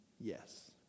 yes